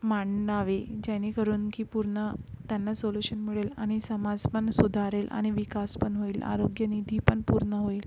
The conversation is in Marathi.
मांडावे जेणेकरून की पूर्ण त्यांना सोल्यूशन मिळेल आणि समाज पण सुधारेल आणि विकास पण होईल आरोग्यनिधी पण पूर्ण होईल